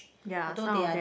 ya some of them